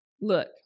Look